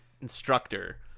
instructor